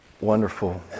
wonderful